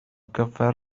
gyfer